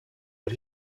but